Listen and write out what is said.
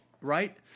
right